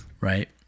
Right